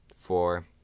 four